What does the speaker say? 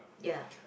ya